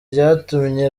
byatumye